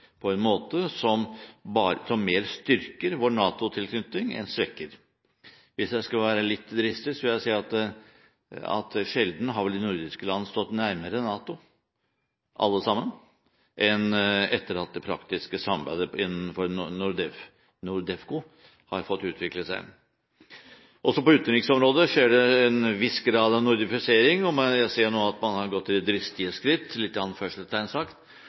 på en måte som mer styrker enn svekker vår NATO-tilknytning. Hvis jeg skal være litt dristig, vil jeg si at sjelden har vel alle de nordiske land stått nærmere NATO enn etter at det praktiske samarbeidet innenfor NORDEFCO har fått utvikle seg. Også på utenriksområdet skjer det en viss grad av nordifisering. Jeg ser nå at man har gått til «det dristige skritt» å opprette felles ambassader og planlegge nye slike. Jeg tror ikke det gjør noe om dette arbeidet får en